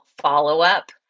follow-up